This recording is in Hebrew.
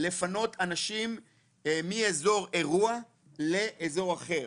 לפנות אנשים מאזור אירוע לאזור אחר.